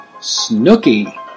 Snooky